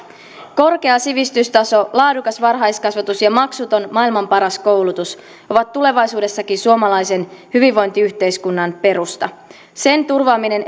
korkea sivistystaso laadukas varhaiskasvatus ja maksuton maailman paras koulutus ovat tulevaisuudessakin suomalaisen hyvinvointiyhteiskunnan perusta sen turvaaminen